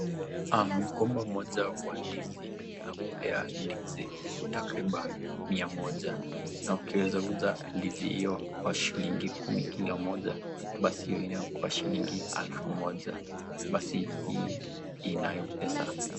Mkomba moja wa ndizi unakupia ndizi takriban mia moja. Na ukiweza kuuza ndizi hiyo kwa shilingi kumi kila moja basi hiyo inakuwa shilingi elfu moja. Basi hii inayo pesa.